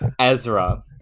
Ezra